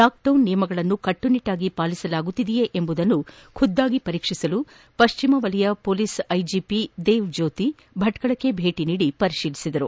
lockdown ನಿಯಮಗಳನ್ನು ಕಟ್ಟುನಿಟ್ಲಾಗಿ ಪಾಲಿಸಲಾಗುತ್ತಿದೆಯೇ ಎಂಬುದನ್ನು ಖುದ್ದಾಗಿ ಪರೀಕ್ಷಿಸಲು ಪಶ್ಚುಮ ವಲಯ ಪೊಲೀಸ್ ಐಜಿಪಿ ದೇವ್ಜ್ಯೋತಿ ಭಟ್ಕಳಕ್ಷಿ ಭೇಟಿ ನೀಡಿ ಪರಿತೀಲಿಸಿದರು